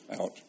out